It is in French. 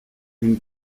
une